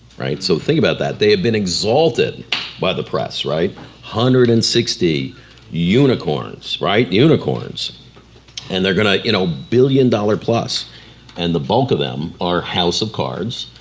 right. so think about that. they've been exalted by the press, right. one hundred and sixty unicorns, right, unicorns and they're gonna you know billion dollar plus and the bulk of them are house of cards,